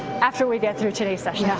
after we get through today's session. yeah